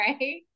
Right